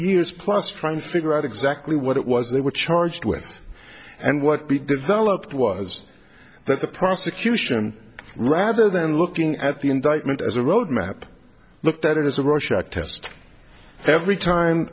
years plus trying to figure out exactly what it was they were charged with and what be developed was that the prosecution rather than looking at the indictment as a road map looked at it as a rorschach test every time